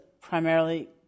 primarily